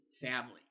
family